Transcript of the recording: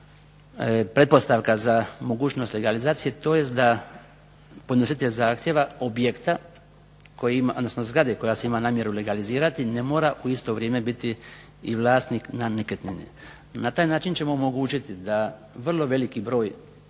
nije bila pretpostavka za mogućnost legalizacije tj. da podnositelj zahtjeva objekta, odnosno zgrade koja se ima namjeru legalizirati ne mora u isto vrijeme biti i vlasnik nekretnine. Na taj način ćemo omogućiti da vrlo veliki broj